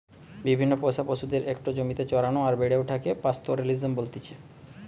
বিভিন্ন পোষা পশুদের একটো জমিতে চরানো আর বেড়ে ওঠাকে পাস্তোরেলিজম বলতেছে